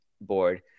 board